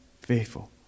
faithful